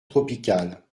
tropical